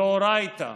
דאורייתא.